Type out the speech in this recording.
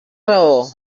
raó